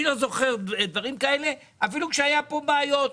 אני לא זוכר עיכובים כאלה אפילו כשהיו פה בעיות.